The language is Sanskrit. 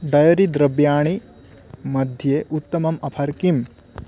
डैरि द्रव्याणि मध्ये उत्तमम् अफर् किम्